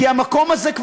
כי המקום הזה,